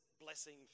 blessing